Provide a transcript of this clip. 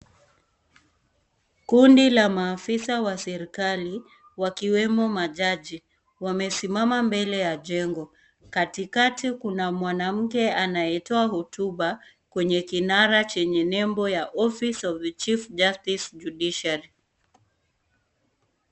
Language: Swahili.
Kundi la maafisa wa serikali, wakiwemo majaji. Wamesimama mbele ya jengo. Katikati kuna mwanamke anayetoa hotuba kwenye kinara chenye nembo ya Office of the Chief justice judiciary .